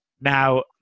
now